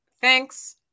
Thanks